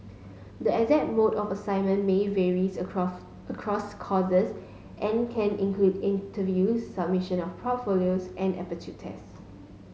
the exact mode of assessment may varies across across courses and can include interviews submission of portfolios and aptitude tests